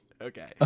Okay